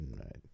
Right